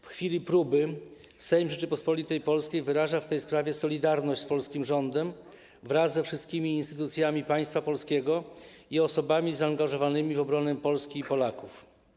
W chwili próby Sejm Rzeczypospolitej Polskiej wyraża w tej sprawie solidarność z polskim rządem wraz ze wszystkimi instytucjami państwa polskiego i osobami zaangażowanymi w obronę Polski i Polaków.